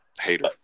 Hater